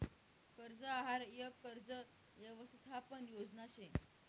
कर्ज आहार यक कर्ज यवसथापन योजना शे